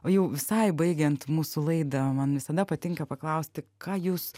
o jau visai baigiant mūsų laidą man visada patinka paklausti ką jūs